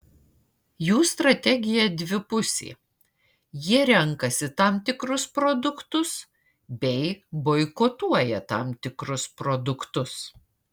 jų strategija dvipusė jie renkasi tam tikrus produktus bei boikotuoja tam tikrus produktus